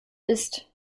ist